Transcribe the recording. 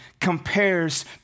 compares